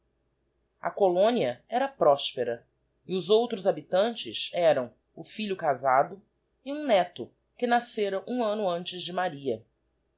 colónia era prospera e os outros habitantes eram o filho casado e um neto que nascera um anno antes de maria